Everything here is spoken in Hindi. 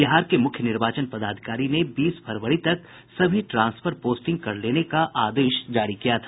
बिहार के मुख्य निर्वाचन पदाधिकारी ने बीस फरवरी तक सभी ट्रांसफर पोस्टिंग कर लेने का आदेश जारी किया था